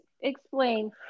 explain